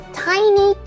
tiny